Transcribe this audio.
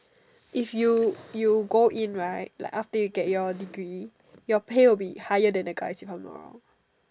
if you you go in right like after you get your degree your pay will be higher then the guys if I am not wrong